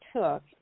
took